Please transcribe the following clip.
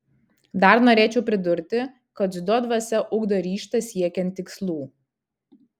dar norėčiau pridurti kad dziudo dvasia ugdo ryžtą siekiant tikslų